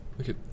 Okay